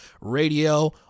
radio